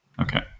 Okay